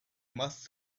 must